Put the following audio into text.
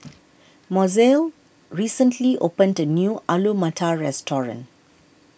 Mozelle recently opened the new Alu Matar restaurant